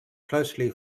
closely